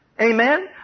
Amen